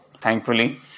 thankfully